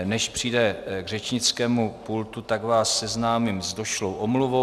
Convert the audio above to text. Než přijde k řečnickému pultu, tak vás seznámím s došlou omluvou.